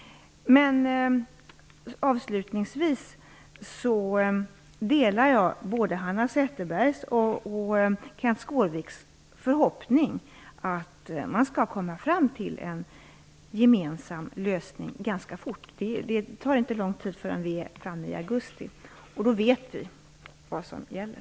Avslutningsvis vill jag säga att jag delar både Hanna Zetterbergs och Kenth Skårviks förhoppning om att man skall komma fram till en gemensam lösning ganska fort. Det är inte så lång tid kvar till augusti, och då vet vi vad som gäller.